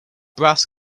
brass